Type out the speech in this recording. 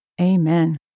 Amen